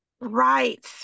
right